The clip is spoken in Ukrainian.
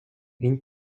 він